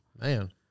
man